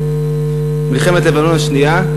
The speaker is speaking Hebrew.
מלחמת לבנון השנייה,